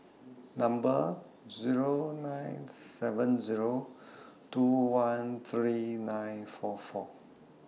Number Zero nine seven two one three nine four four